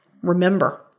Remember